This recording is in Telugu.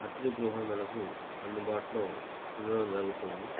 అతిథి గృహమునకు అందుబాటులో ఉండడం జరుగుతుంది